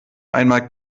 einmal